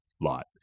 Lot